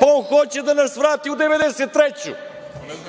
Pa, on hoće da nas vrati u